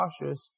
cautious